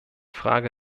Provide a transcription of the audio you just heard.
frage